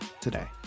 today